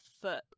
foot